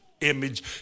image